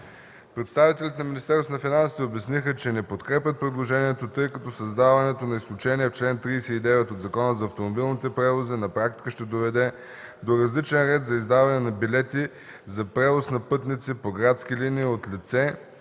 на финансите обясниха, че не подкрепят предложението, тъй като създаването на изключение в чл. 39 от Закона за автомобилните превози на практика ще доведе до различен ред за издаване на билети за превоз на пътници по градски линии от лице,